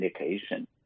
indication